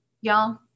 Y'all